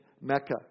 Mecca